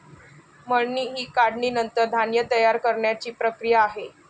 मळणी ही काढणीनंतर धान्य तयार करण्याची प्रक्रिया आहे